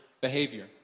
behavior